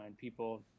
people